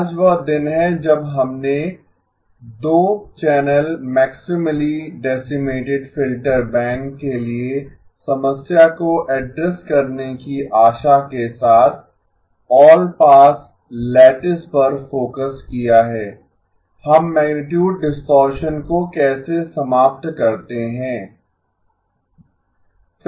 आज वह दिन है जब हमने 2 channel maximally decimated filter bank के लिए समस्या को एड्रेस करने की आशा के साथ ऑलपास लैटिस पर फोकस किया है हम मैगनीटुड डिस्टॉरशन को कैसे समाप्त करते हैं